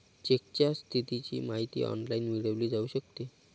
चेकच्या स्थितीची माहिती ऑनलाइन मिळवली जाऊ शकते